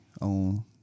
on